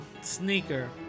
sneaker